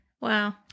Wow